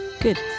good